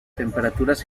temperaturas